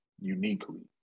uniquely